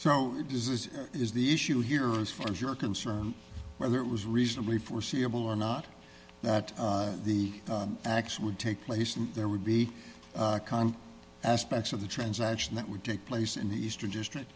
does this is the issue here as far as you're concerned whether it was reasonably foreseeable or not that the action would take place and there would be aspects of the transaction that would take place in the eastern district